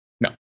No